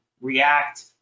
react